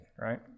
right